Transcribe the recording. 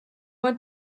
went